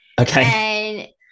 Okay